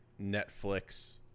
Netflix